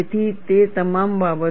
તેથી તે તમામ બાબતો